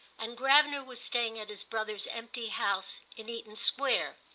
and gravener was staying at his brother's empty house in eaton square.